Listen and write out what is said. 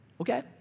Okay